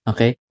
Okay